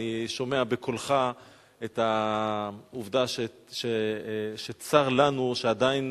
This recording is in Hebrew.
אני שומע בקולך את העובדה שצר לנו שעדיין